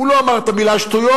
הוא לא אמר את המלה "שטויות",